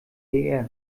der